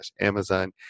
Amazon